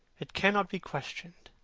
it cannot be questioned.